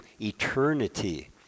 eternity